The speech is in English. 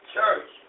Church